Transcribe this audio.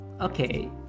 Okay